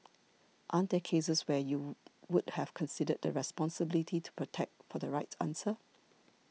aren't there cases where you would have considered the responsibility to protect for the right answer